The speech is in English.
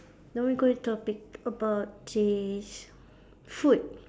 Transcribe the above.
now we going to topic about this food